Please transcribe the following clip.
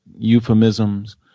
euphemisms